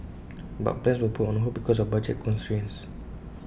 but plans were put on hold because of budget constraints